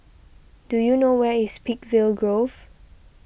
do you know where is Peakville Grove